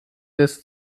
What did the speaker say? des